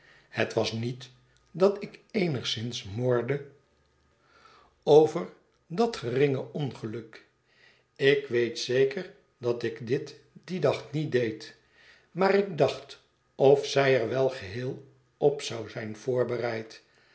het was niet dat ik eenigszins morde over dat geringe ongeluk ik weet zeker dat ik dit dien dag niet deed maar ik dacht of zij er wel geheel op zou zijn voorbereid